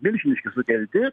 milžiniški sukelti